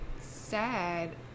sad